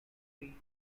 tree